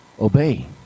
obey